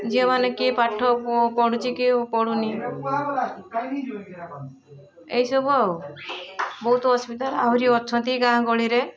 ଝିଅମାନେ କିଏ ପାଠ ପଢ଼ୁଛି କିଏ ପଢ଼ୁନି ଏହିସବୁ ଆଉ ବହୁତ ଅସୁବିଧା ଆହୁରି ଅଛନ୍ତି ଗାଁ ଗହଳିରେ